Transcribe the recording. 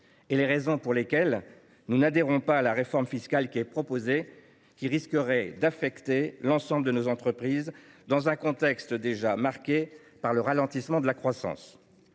et les raisons pour lesquelles nous n’adhérons pas à la réforme fiscale proposée, qui risquerait d’affaiblir nos entreprises, dans un contexte déjà marqué par le ralentissement de la croissance.